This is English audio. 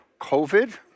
COVID